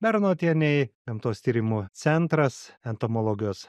bernotienei gamtos tyrimų centras entomologijos